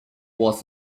was